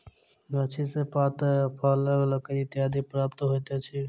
गाछी सॅ पात, फल, लकड़ी इत्यादि प्राप्त होइत अछि